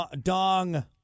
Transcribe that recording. dong